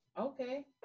okay